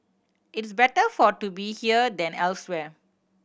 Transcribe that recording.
it's better for to be here than elsewhere